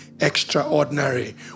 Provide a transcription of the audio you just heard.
extraordinary